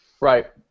Right